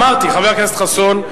אמרתי: חבר הכנסת חסון,